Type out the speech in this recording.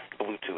Bluetooth